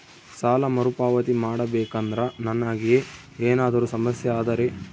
ಸಾಲ ಮರುಪಾವತಿ ಮಾಡಬೇಕಂದ್ರ ನನಗೆ ಏನಾದರೂ ಸಮಸ್ಯೆ ಆದರೆ?